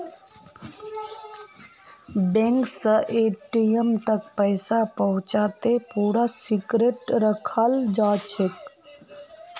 bank स ATM तक पैसा पहुंचाते पूरा सिक्रेट रखाल जाछेक